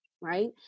right